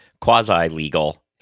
quasi-legal